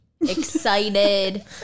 excited